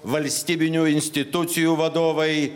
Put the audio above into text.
valstybinių institucijų vadovai